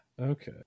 okay